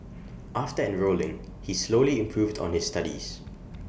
after enrolling he slowly improved on his studies